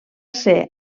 ser